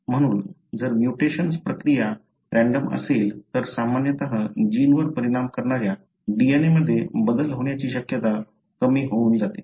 म्हणून जर म्युटेशन्स प्रक्रिया रँडम असेल तर सामान्यत जीनवर परिणाम करणाऱ्या DNA मध्ये बदल होण्याची शक्यता कमी होऊन जाते